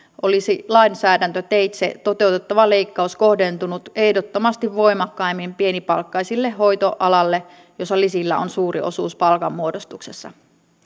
olisi lainsäädäntöteitse toteutettava leikkaus kohdentunut ehdottomasti voimakkaimmin pienipalkkaiselle hoitoalalle jossa lisillä on suuri osuus palkanmuodostuksessa